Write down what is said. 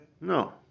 no